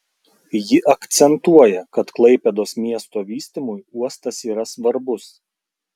ji akcentuoja kad klaipėdos miesto vystymui uostas yra svarbus